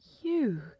You